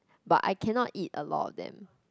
but I cannot eat a lot of them